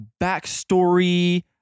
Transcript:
backstory